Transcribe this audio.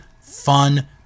fun